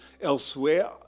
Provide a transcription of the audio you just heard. elsewhere